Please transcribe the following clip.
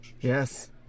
Yes